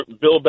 Bill